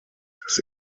das